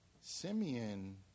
Simeon